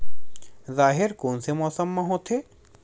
राहेर कोन से मौसम म होथे?